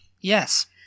Yes